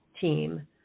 team